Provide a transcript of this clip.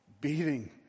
beating